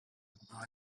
all